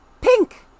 Pink